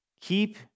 keep